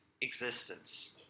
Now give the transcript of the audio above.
existence